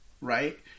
right